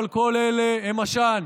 אבל כל אלה הם עשן.